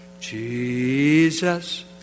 Jesus